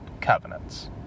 covenants